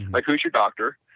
like who is your doctor,